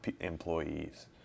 employees